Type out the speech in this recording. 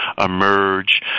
emerge